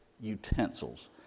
utensils